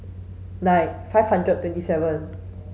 nine five hundred and twenty seven